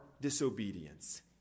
disobedience